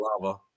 lava